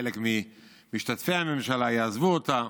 חלק ממשתתפי הממשלה יעזבו אותה.